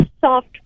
soft